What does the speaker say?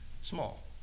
small